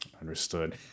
Understood